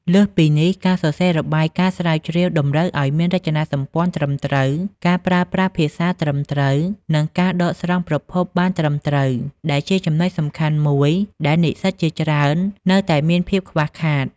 លើសពីនេះ ការសរសេររបាយការណ៍ស្រាវជ្រាវតម្រូវឱ្យមានរចនាសម្ព័ន្ធត្រឹមត្រូវ ការប្រើប្រាស់ភាសាត្រឹមត្រូវ និងការដកស្រង់ប្រភពបានត្រឹមត្រូវ ដែលជាចំណុចសំខាន់មួយដែលនិស្សិតជាច្រើននៅតែមានភាពខ្វះខាត។